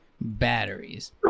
batteries